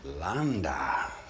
Landa